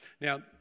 Now